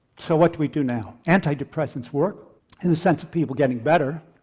so what do we do now? antidepressants work in the sense of people getting better,